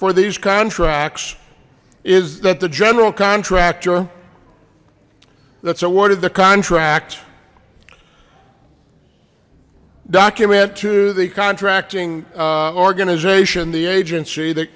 for these contracts is that the general contractor that's awarded the contract document to the contracting organization the agency that